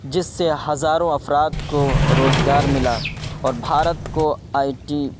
جس سے ہزاروں افراد کو روزگار ملا اور بھارت کو آئی ٹی